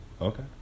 Okay